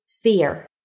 Fear